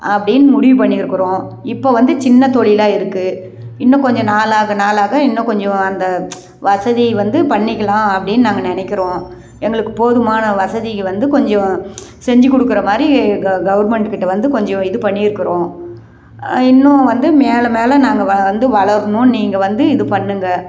அப்படின்னு முடிவு பண்ணிருக்கிறோம் இப்போ வந்து சின்ன தொழிலா இருக்குது இன்னும் கொஞ்சம் நாளாக நாளாக இன்னும் கொஞ்சம் அந்த வசதி வந்து பண்ணிக்கலாம் அப்படின்னு நாங்கள் நினைக்கிறோம் எங்களுக்குப் போதுமான வசதிகள் வந்து கொஞ்சம் செஞ்சு கொடுக்கற மாதிரி கவர்மெண்டுக்கிட்டே வந்து கொஞ்சம் இது பண்ணிருக்கிறோம் இன்னும் வந்து மேலே மேலே நாங்கள் வந்து வளரணும் நீங்கள் வந்து இது பண்ணுங்கள்